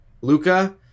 Luca